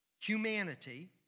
humanity